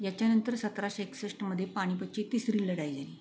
याच्यानंतर सतराशे एकसष्टमध्ये पानिपतची तिसरी लढाई झाली